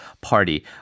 party